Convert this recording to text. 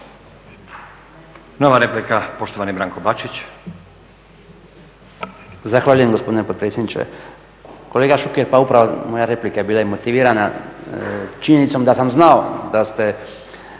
Nova replika, poštovani Branko Bačić. **Bačić, Branko (HDZ)** Zahvaljujem gospodine potpredsjedniče. Kolega Šuker, pa upravo moja replika je bila i motivirana činjenicom da sam znao da ste